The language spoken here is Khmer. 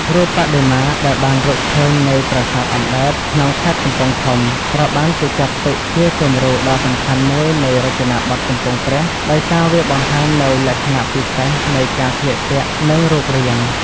រូបបដិមាដែលបានរកឃើញនៅ ប្រាសាទអណ្តែត ក្នុងខេត្តកំពង់ធំ ត្រូវបានគេចាត់ទុកជាគំរូដ៏សំខាន់មួយនៃរចនាបថកំពង់ព្រះ ដោយសារវាបង្ហាញនូវលក្ខណៈពិសេសនៃការស្លៀកពាក់ និងរូបរាង។